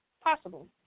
possible